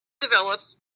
develops